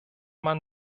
man